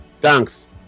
Thanks